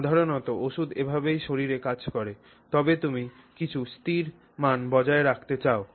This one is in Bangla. সাধারণত ওষুধ এভাবেই শরীরে কাজ করে তবে তুমি কিছু স্থির মান বজায় রাখতে চাও